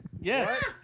Yes